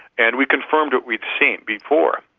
and we confirmed what we'd seen before,